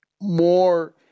more